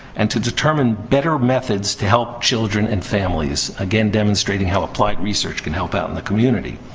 and to determine better methods to help children and families. again, demonstrating how applied research can help out in the community.